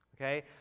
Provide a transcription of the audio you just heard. Okay